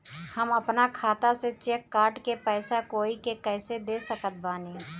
हम अपना खाता से चेक काट के पैसा कोई के कैसे दे सकत बानी?